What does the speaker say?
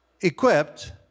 equipped